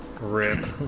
Rip